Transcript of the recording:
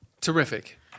Terrific